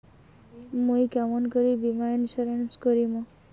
মুই কেমন করি বীমা ইন্সুরেন্স করিম?